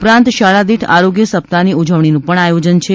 ઉપરાંત શાળા દીઠ આરોગ્ય સપ્તાહ ની ઉજવણી નું પણ આયોજન છે